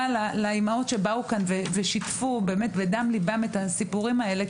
לאימהות שבאו לכאן ושיתפו מדם ליבם את הסיפורים האלה,